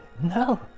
No